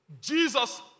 Jesus